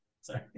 Sorry